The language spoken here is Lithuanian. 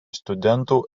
studentų